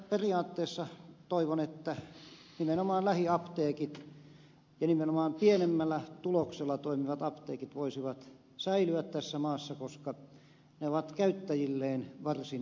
mutta periaatteessa toivon että nimenomaan lähiapteekit ja nimenomaan pienemmällä tuloksella toimivat apteekit voisivat säilyä tässä maassa koska ne ovat käyttäjilleen varsin tärkeitä